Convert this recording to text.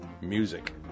music